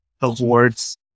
awards